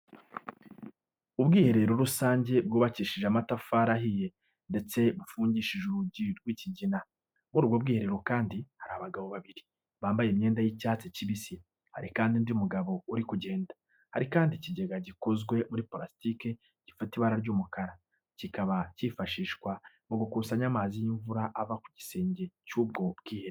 Ubwiherero rusange bwubakishije amatafari ahiye ndetse bufungishije urugi rw'ikigina. Muri ubwo bwiherero kandi hari abagabo babiri, bambaye imyenda y'icyatsi kibisi, hari kandi undi mugabo uri kugenda. Hari kandi ikigega gikozwe muri purasitike gifite ibara ry'umukara, kikaba kifashishwa mu gukusanya amazi y'imvura ava ku gisenge cy'ubwo bwiherero.